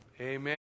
Amen